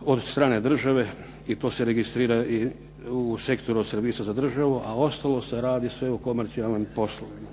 od strane države i to se registrira i u sektoru od servisa za državu, a ostalo se radi sve u komercijalnim poslovima.